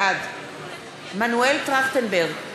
בעד מנואל טרכטנברג,